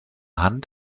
hand